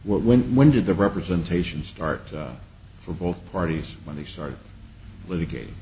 when when did the representation start for both parties when they started litigat